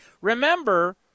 remember